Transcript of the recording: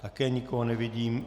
Také nikoho nevidím.